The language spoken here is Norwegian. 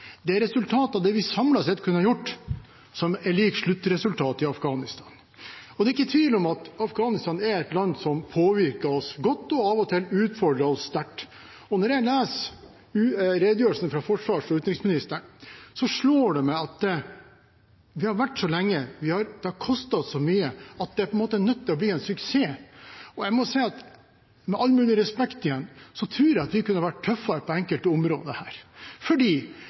Det er resultatet av det vi samlet sett har kunnet gjort, som er lik sluttresultatet i Afghanistan. Det er ikke tvil om at Afghanistan er et land som påvirker oss godt og av og til utfordrer oss sterkt. Når jeg leser redegjørelsen fra forsvarsministeren og utenriksministeren, slår det meg at det har vart så lenge og det har kostet oss så mye at det på en måte er nødt til å bli en suksess. Med all mulig respekt tror jeg at vi kunne vært tøffere på enkelte områder, fordi det er et paradoks å diskutere afghanske løsninger i Norge. Det hadde vært særdeles interessant hvis noen fra landsbygda, som ble nevnt her,